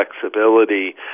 flexibility